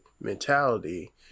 mentality